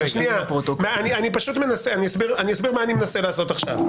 אני אסביר מה אני מנסה לעשות עכשיו.